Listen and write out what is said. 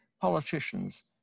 politicians